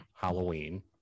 Halloween